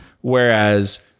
whereas